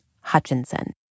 Hutchinson